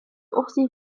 أختي